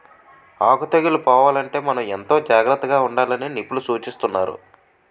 ఆకు తెగుళ్ళు పోవాలంటే మనం ఎంతో జాగ్రత్తగా ఉండాలని నిపుణులు సూచిస్తున్నారు